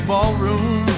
Ballroom